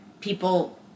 people